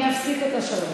אני אפסיק את השעון.